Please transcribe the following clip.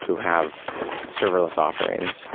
who have serverless offerings,